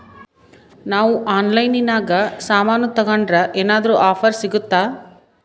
ನಾವು ಆನ್ಲೈನಿನಾಗ ಸಾಮಾನು ತಗಂಡ್ರ ಏನಾದ್ರೂ ಆಫರ್ ಸಿಗುತ್ತಾ?